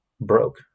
broke